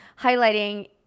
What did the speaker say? highlighting